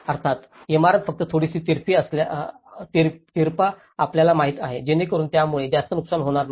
अर्थात इमारत फक्त थोडीशी तिरपा आपल्याला माहित आहे जेणेकरून यामुळे जास्त नुकसान होणार नाही